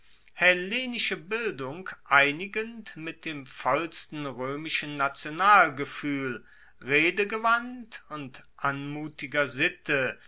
hellenische bildung einigend mit dem vollsten roemischen nationalgefuehl redegewandt und anmutiger sitte